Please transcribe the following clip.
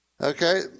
Okay